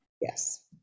Yes